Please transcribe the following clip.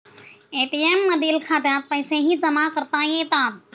ATM मधील खात्यात पैसेही जमा करता येतात